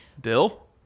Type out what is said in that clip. Dill